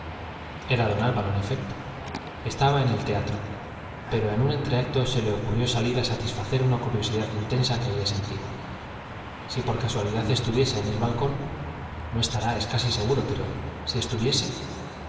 era don álvaro en efecto estaba en el teatro pero en un entreacto se le ocurrió salir a satisfacer una curiosidad intensa que había sentido si por casualidad estuviese en el balcón no estará es casi seguro pero si estuviese